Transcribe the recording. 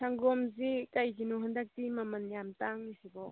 ꯁꯪꯒꯣꯝꯁꯤ ꯀꯔꯤꯒꯤꯅꯣ ꯍꯟꯗꯛꯇꯤ ꯃꯃꯟ ꯌꯥꯝ ꯇꯥꯡꯂꯤꯁꯤꯕꯣ